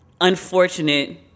unfortunate